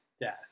death